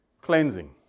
cleansing